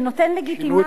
שנותן לגיטימציה,